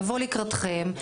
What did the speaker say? לבוא לקראתכם,